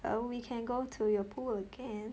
well we can go to your pool again